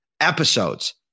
episodes